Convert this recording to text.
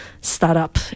startup